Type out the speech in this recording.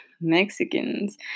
Mexicans